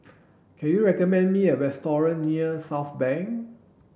can you recommend me a restaurant near Southbank